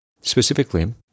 Specifically